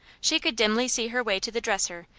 she could dimly see her way to the dresser,